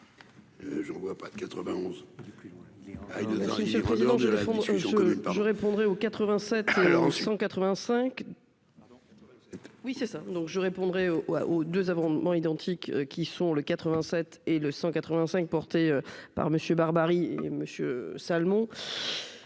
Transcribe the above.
je répondrai aux deux amendements identiques, qui sont le 87 et le 185 portées par monsieur barbarie et Monsieur Salmon